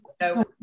No